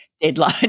deadline